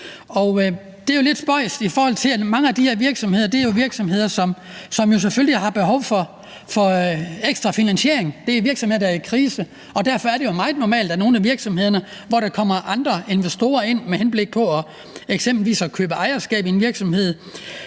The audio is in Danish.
Det er jo lidt spøjst, i forhold til at mange af de her virksomheder er virksomheder, som selvfølgelig har behov for ekstra finansiering – det er virksomheder, som er i krise. Derfor er det jo meget normalt; altså i nogle af virksomhederne, hvor der kommer andre investorer ind med henblik på eksempelvis at købe ejerskab i virksomheden,